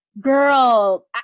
girl